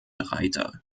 reiter